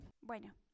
Bueno